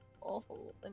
awful